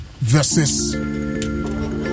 versus